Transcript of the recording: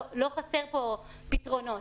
לא חסר פה פתרונות,